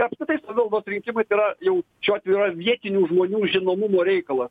apskritai savivaldos rinkimai tai yra jau šiuo atveju yra vietinių žmonių žinomumo reikalas